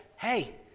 hey